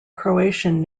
croatian